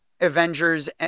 Avengers